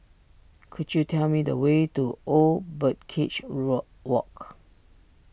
could you tell me the way to Old Birdcage Road Walk